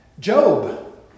Job